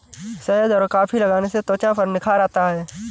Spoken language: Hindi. शहद और कॉफी लगाने से त्वचा पर निखार आता है